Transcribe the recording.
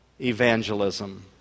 evangelism